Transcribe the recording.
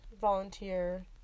volunteer